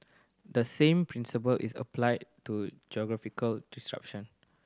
the same principle is applied to geographical distribution